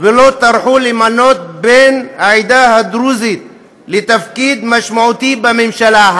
ולא טרח למנות בן העדה הדרוזית לתפקיד משמעותי בממשלה.